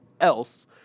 else